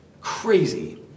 Crazy